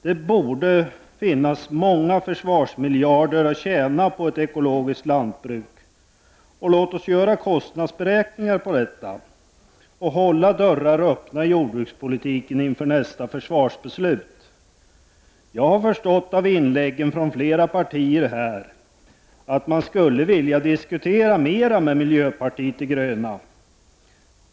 Det borde finnas många försvarsmiljarder att tjäna på ett ekologiskt lantbruk. Låt oss göra kostnadsberäkningar på detta och hålla dörrar öppna i jordbrukspolitiken inför nästa försvarsbeslut. Jag har förstått av inläggen här från flera partier att man skulle vilja diskutera mer med miljöpartiet de gröna.